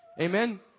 Amen